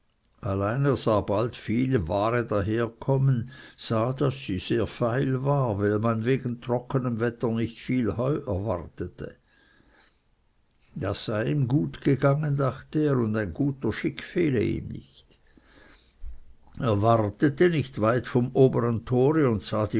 er sah bald viel ware daherkommen sah daß sie sehr feil war weil man wegen trocknem wetter nicht viel